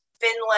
Finland